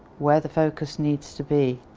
where the focus needs to be.